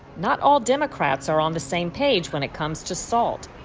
not all democrats are on the same page when it comes to salt,